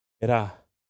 Era